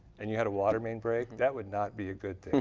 and you had a water main break, that would not be a good